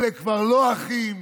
אלה כבר לא אחים.